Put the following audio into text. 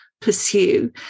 pursue